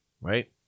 Right